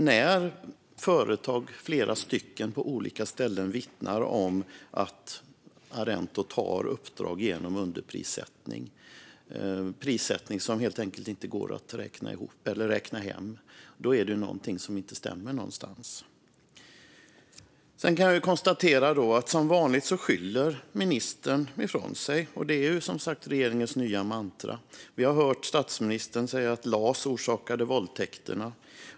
När företag - flera stycken på olika ställen - vittnar om att Arento tar uppdrag genom underprissättning, prissättning som helt enkelt inte går att räkna ihop eller räkna hem, är det något som inte stämmer. Sedan kan jag konstatera att ministern som vanligt skyller ifrån sig. Det är som sagt regeringens nya mantra. Vi har hört statsministern säga att LAS orsakade våldtäkterna.